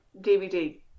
DVD